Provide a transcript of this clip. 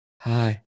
hi